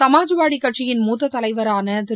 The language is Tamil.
சுமாஜ்வாதி கட்சியின் மூத்த தலைவரான திரு